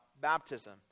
baptism